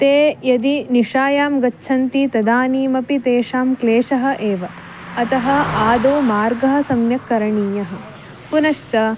ते यदि निशायां गच्छन्ति तदानीमपि तेषां क्लेशः एव अतः आदौ मार्गः सम्यक् करणीयः पुनश्च